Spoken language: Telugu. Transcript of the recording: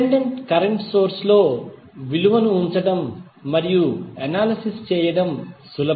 డిపెండెంట్ కరెంట్ సోర్స్ లో విలువను ఉంచడం మరియు అనాలిసిస్ చేయడం సులభం